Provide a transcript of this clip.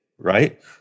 right